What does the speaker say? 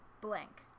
Blank